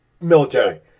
military